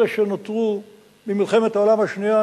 אלה שנותרו ממלחמת העולם השנייה,